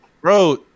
Bro